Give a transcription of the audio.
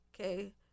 okay